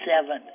seven